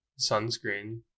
sunscreen